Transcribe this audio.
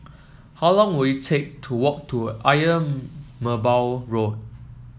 how long will it take to walk to Ayer Merbau Road